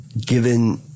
given